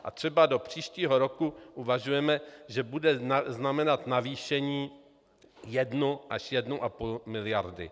A třeba do příštího roku uvažujeme, že bude znamenat navýšení jedna až jedna a půl miliardy.